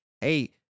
Hey